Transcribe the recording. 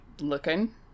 looking